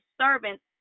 servants